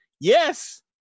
yes